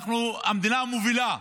אנחנו המדינה המובילה: